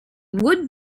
would